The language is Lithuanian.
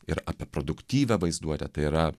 ir apie produktyvią vaizduotę tai yra